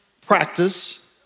practice